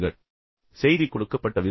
இப்போது செய்தி கொடுக்கப்பட்ட விதம்